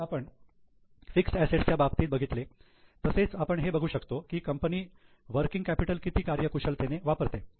जसे आपण fixed assets च्या बाबतीत बघितले तसेच आपण हे बघू शकतो की कंपनी वर्किंग कॅपिटल किती कार्यकुशलतेने वापरते